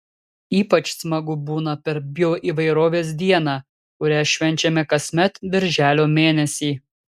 ypač smagu būna per bioįvairovės dieną kurią švenčiame kasmet birželio mėnesį